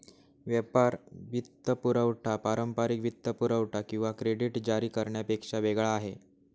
व्यापार वित्तपुरवठा पारंपारिक वित्तपुरवठा किंवा क्रेडिट जारी करण्यापेक्षा वेगळा आहे